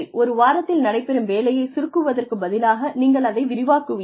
ஒரு வாரத்தில் நடைபெறும் வேலையைச் சுருக்குவதற்குப் பதிலாக நீங்கள் அதை விரிவாக்குகிறீர்கள்